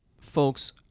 folks